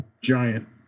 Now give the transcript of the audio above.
giant